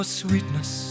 sweetness